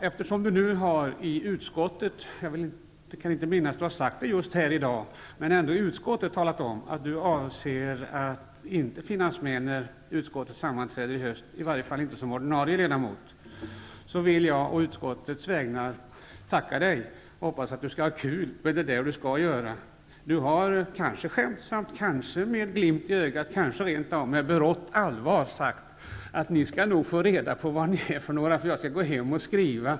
Eftersom du i utskottet -- jag kan inte minnas att du har sagt det här i dag -- har talat om att du avser att inte finnas med när utskottet sammanträder i höst, i varje fall inte som ordinarie ledamot, vill jag å utskottets vägnar tacka dig och hoppas att du skall ha kul med det du tänker göra. Du har kanske skämtsamt, kanske med en glimt i ögat, kanske med berått mod sagt: Ni skall nog få reda på vad ni är för några, för jag skall gå hem och skriva.